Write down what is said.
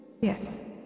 Yes